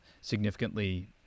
significantly